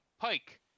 pike